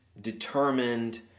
determined